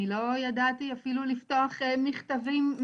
אני לא ידעתי אפילו לפתוח מכתבים,